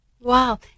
Wow